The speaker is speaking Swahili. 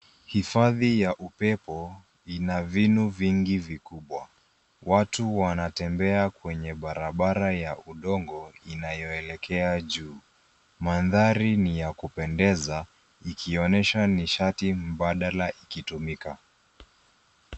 Hifadhi ya upepo, ina vinu vingi vikubwa. Watu wanatembea kwenye barabara ya udongo inayoelekea juu. Mandhari ni ya kupendeza, ikionesha nishati mbadala ikitumika.